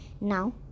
Now